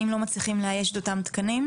האם לא מצליחים לאייש את אותם תקנים?